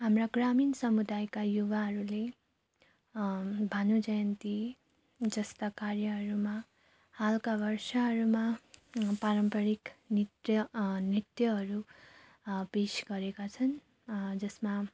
हाम्रा ग्रामीण समुदायका युवाहरूले भानु जयन्ती जस्ता कार्यहरूमा हालका वर्षहरूमा पारम्परिक नृत्य नृत्यहरू पेस गरेका छन् जसमा